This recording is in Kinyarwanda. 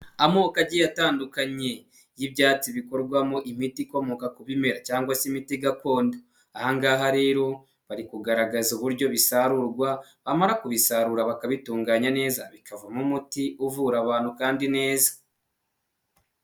Amoko agiye atandukanye y'ibyatsi bikorwamo imiti ikomoka ku bimera cyangwa se imiti gakondo, ahangaha rero bari kugaragaza uburyo bisarurwa bamara kubisarura bakabitunganya neza bikavamo umuti uvura abantu kandi neza.